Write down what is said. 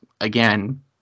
again